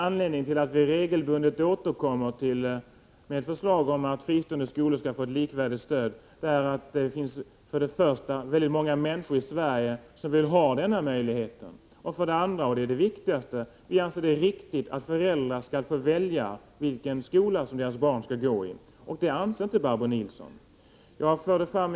Anledningen till att vi regelbundet återkommer med förslag om att fristående skolor skall få ett likvärdigt stöd är för det första att väldigt många människor i Sverige vill ha denna möjlighet, för det andra — och det är det viktigaste — att vi anser det vara riktigt att föräldrar skall få välja vilken skola deras barn skall gå i. Det anser inte Barbro Nilsson.